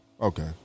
Okay